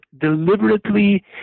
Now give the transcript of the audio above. deliberately